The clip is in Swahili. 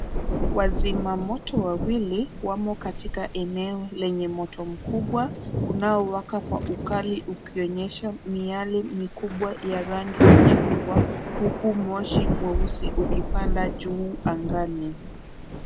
Wazima moto wawili wamo katika eneo lenye moto mkubwa unaowaka kwa ukali ukionyesha miale mikubwa ya rangi ya chungwa, huku moshi mweusi ukipanda juu angani.